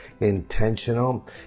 intentional